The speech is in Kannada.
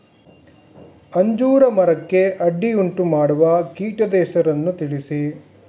ಅಂಜೂರ ಮರಕ್ಕೆ ಅಡ್ಡಿಯುಂಟುಮಾಡುವ ಕೀಟದ ಹೆಸರನ್ನು ತಿಳಿಸಿ?